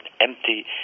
empty